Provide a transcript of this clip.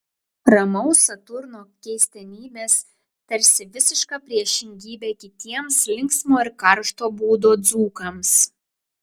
ramaus saturno keistenybės tarsi visiška priešingybė kitiems linksmo ir karšto būdo dzūkams